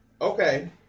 Okay